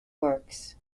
works